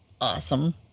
awesome